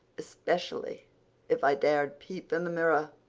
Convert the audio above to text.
especially if i dared peep in the mirror,